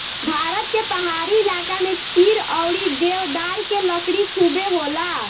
भारत के पहाड़ी इलाका में चीड़ अउरी देवदार के लकड़ी खुबे होला